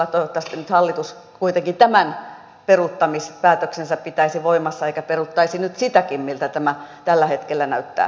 toivottavasti nyt hallitus kuitenkin tämän peruuttamispäätöksensä pitäisi voimassa eikä peruuttaisi nyt sitäkin kuten tämä tällä hetkellä siltä näyttää